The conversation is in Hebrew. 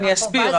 אסביר,